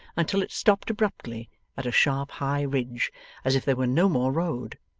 until it stopped abruptly at a sharp high ridge as if there were no more road,